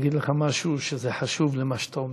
אני אגיד לך משהו שהוא חשוב לנוכח מה שאתה אומר.